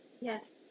Yes